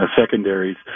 secondaries